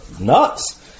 nuts